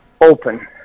open